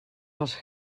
als